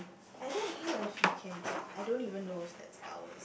I don't know if she can get I don't even know is that's ours